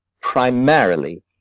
primarily